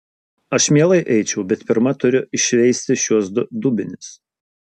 aš mielai eičiau bet pirma turiu iššveisti šiuos du dubenis